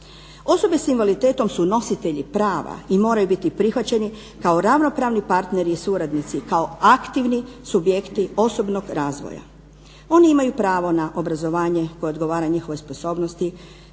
Osobe s invaliditetom su nositelji prava i moraju biti prihvaćeni kao ravnopravni partneri i suradnici, kao aktivni subjekti osobnog razvoja. Oni imaju pravo na obrazovanje koje odgovara njihovoj sposobnosti,